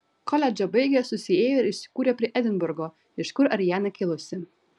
koledžą baigę susiėjo ir įsikūrė prie edinburgo iš kur ariana kilusi